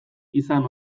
izan